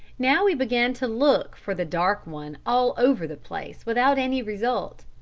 now we began to look for the dark one all over the place without any result.